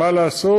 מה לעשות.